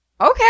okay